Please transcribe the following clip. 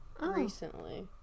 recently